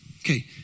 Okay